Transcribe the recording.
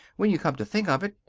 when you come to think of it.